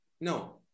No